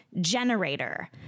generator